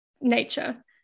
nature